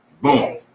Boom